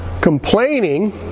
complaining